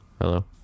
Hello